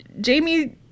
jamie